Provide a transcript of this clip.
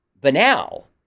banal